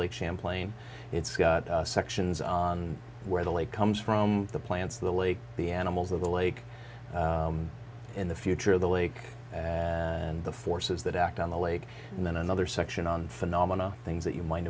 lake champlain it's got sections where the lake comes from the plants the lake the animals of the lake in the future of the lake and the forces that act on the lake and then another section on phenomena things that you might